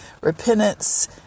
repentance